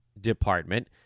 department